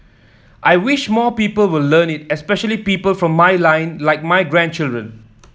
I wish more people will learn it especially people from my line like my grandchildren